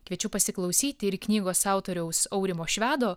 kviečiu pasiklausyti ir knygos autoriaus aurimo švedo